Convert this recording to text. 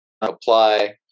apply